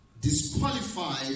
disqualified